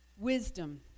Wisdom